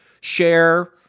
share